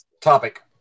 topic